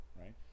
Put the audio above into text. Right